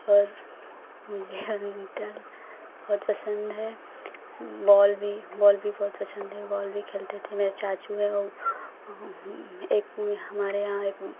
और मुझे बैडमिंटन बहुत पसंद है बॉल भी बॉल भी बहुत पसंद है बॉल भी खेलते थे मेरे चाचू है और एक भी हमारे यहाँ एक